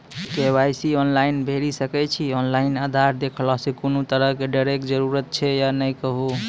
KYC online भैरि सकैत छी, ऑनलाइन आधार देलासॅ कुनू तरहक डरैक जरूरत छै या नै कहू?